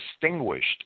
distinguished